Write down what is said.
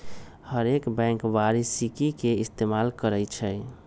हरेक बैंक वारषिकी के इस्तेमाल करई छई